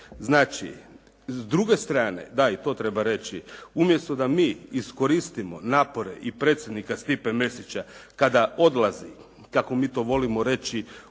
Znači s druge strane, da i to treba reći, umjesto da mi iskoristimo napore i predsjednika Stipe Mesića kada odlazi kako mi to volimo reći,